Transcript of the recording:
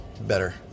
better